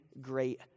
great